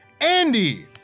Andy